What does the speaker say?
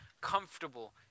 comfortable